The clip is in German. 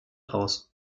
aus